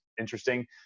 interesting